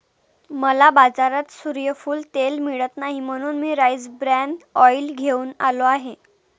मला बाजारात सूर्यफूल तेल मिळत नाही म्हणून मी राईस ब्रॅन ऑइल घेऊन आलो आहे